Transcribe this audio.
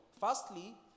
Firstly